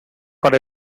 con